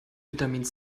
vitamin